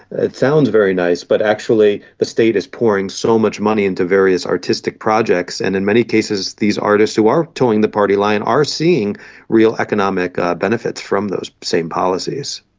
it sounds very nice but actually the state is pouring so much money into various artistic projects, and in many cases these artists who are toeing the party line are seeing real economic benefits from those same policies.